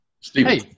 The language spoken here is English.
Stephen